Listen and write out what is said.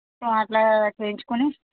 so అట్లా చేయించుకుని